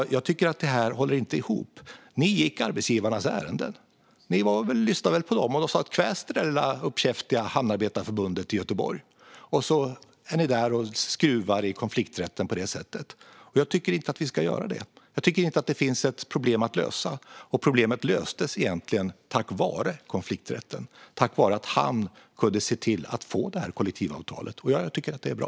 Det här håller inte ihop. Ni gick arbetsgivarnas ärenden. Ni lyssnade väl på dem. De sa: Kväs det där lilla uppkäftiga Hamnarbetarförbundet i Göteborg! Och så är ni där och skruvar i konflikträtten på det sättet. Jag tycker inte att vi ska göra det. Jag tycker inte att det finns ett problem att lösa. Problemet löstes egentligen tack vare konflikträtten - tack vare att Hamn kunde se till att få det här kollektivavtalet. Jag tycker att det är bra.